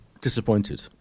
disappointed